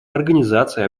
организации